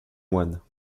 moines